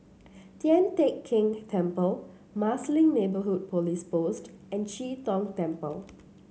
Tian Teck Keng Temple Marsiling Neighbourhood Police Post and Chee Tong Temple